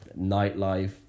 nightlife